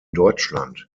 deutschland